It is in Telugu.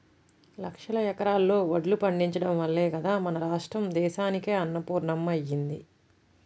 లక్షల ఎకరాల్లో వడ్లు పండించడం వల్లే గదా మన రాష్ట్రం దేశానికే అన్నపూర్ణమ్మ అయ్యింది